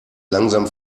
langsam